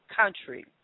country